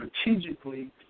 strategically